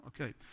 Okay